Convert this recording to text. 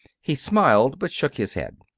he smiled, but shook his head.